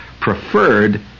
preferred